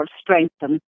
strengthen